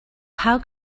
how